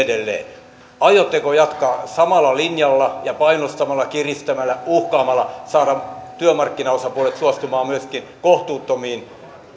edelleen aiotteko jatkaa samalla linjalla ja painostamalla kiristämällä uhkaamalla saada työmarkkinaosapuolet suostumaan myöskin kohtuuttomiin